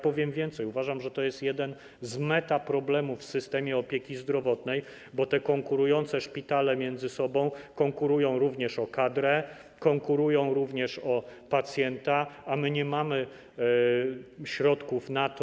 Powiem więcej: uważam, że to jest jeden z metaproblemów w systemie opieki zdrowotnej, bo te konkurujące ze sobą szpitale konkurują również o kadrę, konkurują również o pacjenta, a my nie mamy środków na to.